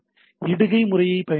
இடுகை முறையைப் பயன்படுத்தவும்